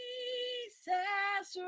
Jesus